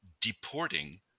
deporting